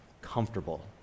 comfortable